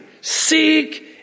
Seek